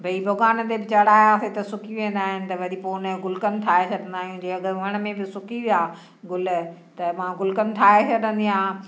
भई भगवान खे बि चढ़ायासीं त सुकी वेंदा आहिनि त वरी पोइ उनजो गुलकंद ठाहे छॾींदा आहियूं जे अगर वण में बि सुकी विया गुल त मां गुलकंद ठाहे छॾींदी आहियां